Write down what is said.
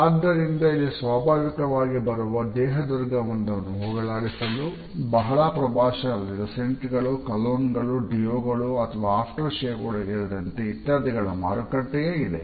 ಆದ್ದರಿಂದ ಅಲ್ಲಿ ಸ್ವಾಭಾವಿಕವಾಗಿ ಬರುವ ದೇಹ ದುರ್ಗಂಧವನ್ನು ಹೋಗಲಾಡಿಸಲು ಬಹಳ ಪ್ರಭಾವಶಾಲಿಯಾದ ಸೆಂಟ್ ಗಳು ಕಲೋನ್ಗಳು ಡಿಯೋ ಗಳು ಆಫ್ಟರ್ಶೇವ್ ಗಳು ಸೇರಿದಂತೆ ಇತ್ಯಾದಿಗಳ ಮಾರುಕಟ್ಟೆಯೇ ಇದೆ